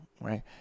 right